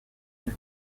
them